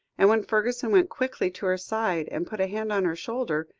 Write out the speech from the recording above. and when fergusson went quickly to her side, and put a hand on her shoulder,